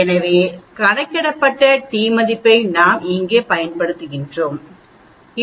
எனவே கணக்கிடப்பட்ட t மதிப்பைநாம் இங்கே பயன்படுத்தலாம் 24